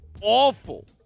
awful